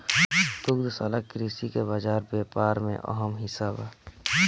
दुग्धशाला कृषि के बाजार व्यापार में अहम हिस्सा बा